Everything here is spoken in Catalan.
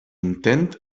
intent